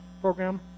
program